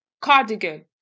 Cardigan